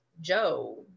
Joe